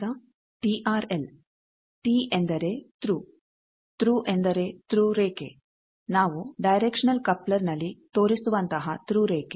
ಈಗ TRL T ಎಂದರೆ through through ಎಂದರೆ ಥ್ರೂ ರೇಖೆ ನಾವು ಡೈರೆಕ್ಷನಲ್ ಕಪ್ಲರ್ನಲ್ಲಿ ತೋರಿಸುವಂತಹ ಥ್ರೂ ರೇಖೆ